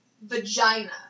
vagina